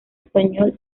español